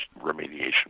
remediation